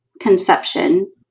conception